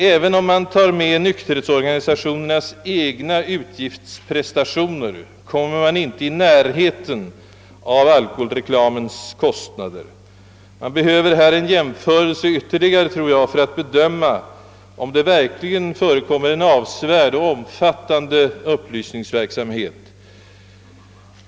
även om man tar med nykterhetsorganisationernas egna utgiftsprestationer, kommer man inte ens i närheten av alkoholreklamens kostnader. Vi kan göra ytterligare en jämförelse för att få möjlighet att bedöma, om det verkligen förekommer en avsevärd och omfattande upplysningsverksamhet.